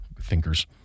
thinkers